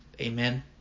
Amen